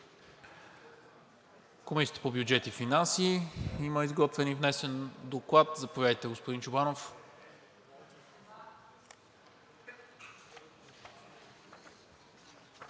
Комисията по бюджет и финанси има изготвен и внесен доклад. Заповядайте, господин Чобанов.